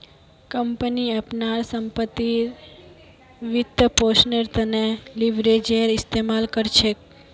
company अपनार संपत्तिर वित्तपोषनेर त न लीवरेजेर इस्तमाल कर छेक